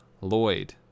Lloyd